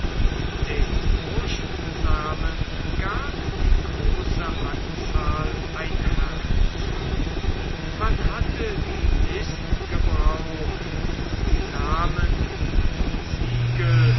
den furchtsamen gab die große anzahl ein herz man hatte die list gebraucht die namen und siegel